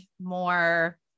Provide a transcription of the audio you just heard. more